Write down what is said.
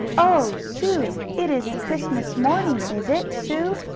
oh, sue! it isn't christmas morning is it, sue?